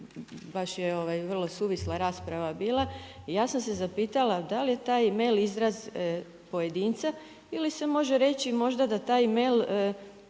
baš je ovaj vrlo suvisla rasprava bila, ja sam se zapitala da li je taj mail izraz pojedinca ili se može reći da možda taj mail